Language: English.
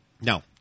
No